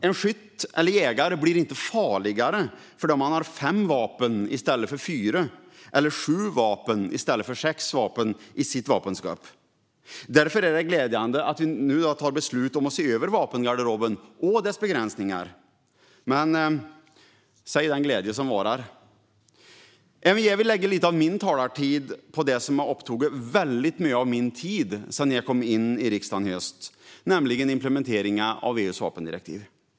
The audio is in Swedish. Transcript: En skytt eller jägare blir inte farligare om den har fem vapen i stället för fyra, eller sju vapen i stället för sex i sitt vapenskåp. Därför är det glädjande att vi nu fattar beslut om att se över vapengarderoben och dess begränsningar. Men säg den glädje som varar. Jag vill lägga lite av min talartid på det som upptagit mycket av min tid sedan jag kom in i riksdagen i höstas, nämligen implementeringen av EU:s vapendirektiv.